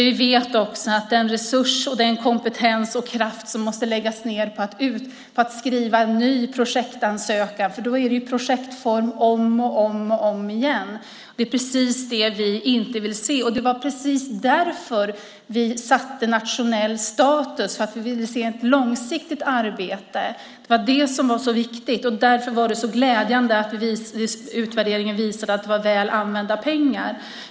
Vi vet att den resurs, kompetens och kraft som måste läggas ned på att skriva en ny projektansökan - då är det ju i projektform om och om igen - är något som vi inte vill se. Det var just därför vi satte nationell status. Vi ville se ett långsiktigt arbete. Det var det som var så viktigt. Därför var det så glädjande att utvärderingen visade att det var väl använda pengar.